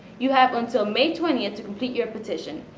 you have until may twenty to complete your petition,